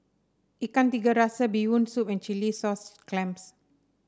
Ikan Tiga Rasa Bee Hoon Soup and Chilli Sauce Clams